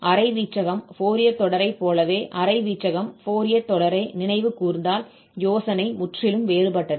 அரை வீச்சகம் ஃபோரியர் தொடரைப் போலவே அரை வீச்சகம் ஃபோரியர் தொடரை நினைவுகூர்ந்தால் யோசனை முற்றிலும் வேறுபட்டது